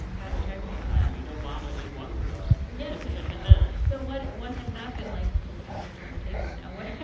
um fact check me on that. i beat obama in one regard yes. yeah so what what has that been like i'm going to turn the tables now. what